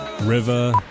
River